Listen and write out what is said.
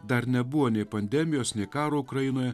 dar nebuvo nė pandemijos nė karo ukrainoje